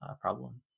problem